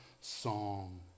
song